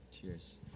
Cheers